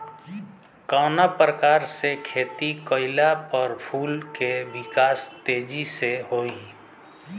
कवना प्रकार से खेती कइला पर फूल के विकास तेजी से होयी?